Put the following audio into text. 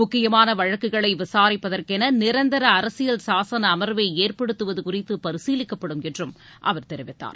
முக்கியமான வழக்குகளை விசாரிப்பதற்கென நிரந்தர அரசியல் சாசன அமர்வை ஏற்படுத்துவது குறித்து பரிசீலிக்கப்படும் என்றும் அவர் தெரிவித்தார்